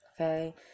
Okay